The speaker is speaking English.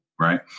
right